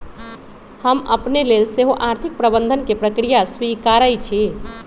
हम अपने लेल सेहो आर्थिक प्रबंधन के प्रक्रिया स्वीकारइ छी